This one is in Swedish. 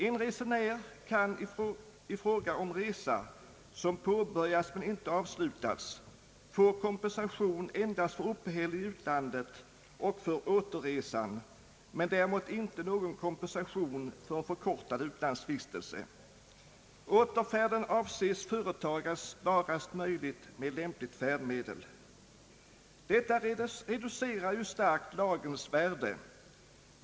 En resenär kan i fråga om resa, som påbörjats men inte avslutats, få kompensation endast för uppehälle i utlandet och för återresan men däremot inte någon kompensation för förkortad utlandsvistelse. Återfärden avses företagas snarast möjligt med lämpligt färdmedel. Detta reducerar ju starkt lagens värde.